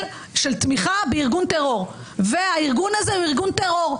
של תמיכה בארגון טרור והארגון הזה הוא ארגון טרור.